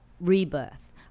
rebirth